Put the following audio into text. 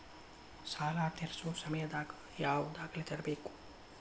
ಸಾಲಾ ತೇರ್ಸೋ ಸಮಯದಾಗ ಯಾವ ದಾಖಲೆ ತರ್ಬೇಕು?